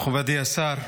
מכובדי השר,